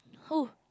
who